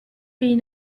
pays